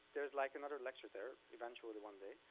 there's like another lecture there, eventually one day,